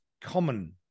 common